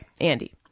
Andy